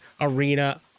arena